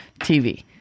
TV